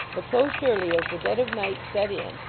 but so surely as the dead of night set in,